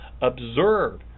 Observe